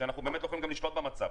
ואנחנו באמת לא יכולים לשלוט על המצב,